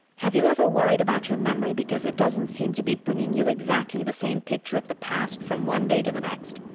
have you ever worried about your memory, because it doesn't seem to be bringing you exactly the same picture of the past from one day to the next?